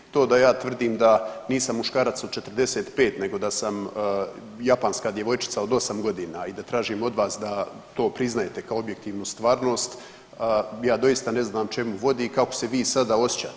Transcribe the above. To da ja tvrdim da nisam muškarac u 45 nego da sam japanska djevojčica od 8 godina i da tražim od vas da to priznajete kao objektivnu stvarnost, ja doista ne znam čemu vodi i kako se vi sada osjećate.